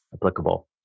applicable